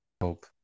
hope